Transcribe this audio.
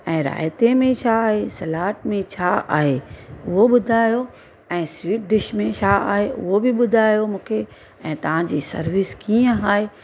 ऐं रायते में छा आहे सलाड में छा आहे उहो ॿुधायो ऐं स्वीट डिश में छा आहे उहो बि ॿुधायो मूंखे ऐं तव्हांजी सर्विस कीअं आहे